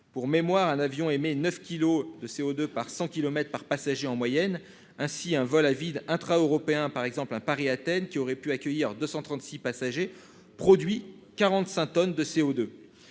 pour mémoire un avion émet 9 kilos de CO2 par 100 kilomètres par passager en moyenne ainsi un vol à vide intra- européen, par exemple, un Paris Athènes qui aurait pu accueillir 236 passagers produit 45 tonnes de CO2,